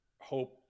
Hope